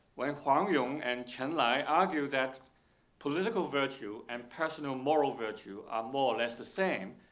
when huang yong and chen lai argue that political virtue and personal moral virtue are more or less the same,